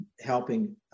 helping